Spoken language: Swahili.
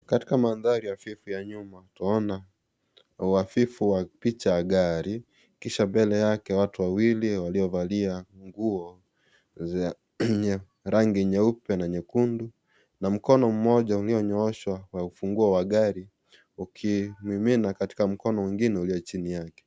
Katika madhari hafifu ya nyuma twaona uhafifu wa picha ya gari kisha watu wawili waliovalia nguo zenye rangi nyeupe na nyekundu na mkono mmoja ulionyooshwa wa ufunguo wa gari ukimimina katika mkono mwingine ulio chini yake.